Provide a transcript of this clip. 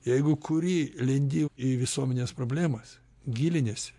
jeigu kurį lendi į visuomenės problemas giliniesi